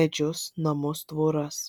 medžius namus tvoras